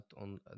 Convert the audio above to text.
on